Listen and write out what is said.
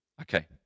Okay